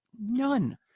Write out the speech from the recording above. None